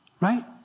right